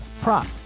prop